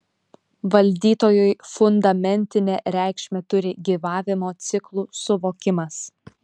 valdytojui fundamentinę reikšmę turi gyvavimo ciklų suvokimas